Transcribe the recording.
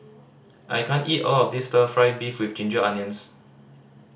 I can't eat all of this Stir Fry beef with ginger onions